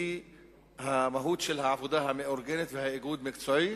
והיא המהות של העבודה המאורגנת והאיגוד-מקצועית,